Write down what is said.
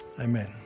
Amen